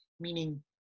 meaning